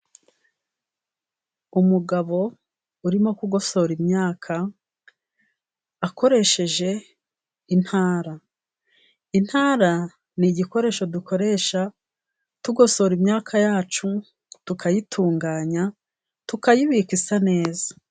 Umugabo urimo kugosora imyaka akoresheje intara. Intara ni igikoresho dukoresha tugosora imyaka yacu, tukayitunganya, tukayibika isa neza.